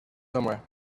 somewhere